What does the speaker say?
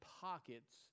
pockets